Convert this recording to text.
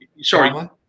Sorry